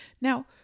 Now